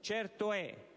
Certo è